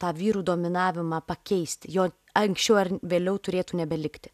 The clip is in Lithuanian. tą vyrų dominavimą pakeisti jo ankščiau ar vėliau turėtų nebelikti